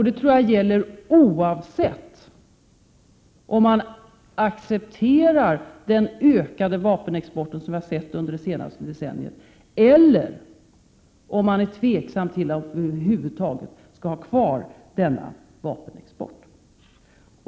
Det tror jag gäller oavsett om man accepterar den ökade vapenexport som vi har sett under det senaste decenniet eller om man är tveksam till om Sverige över huvud taget skall fortsätta med denna vapenexport.